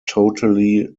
totally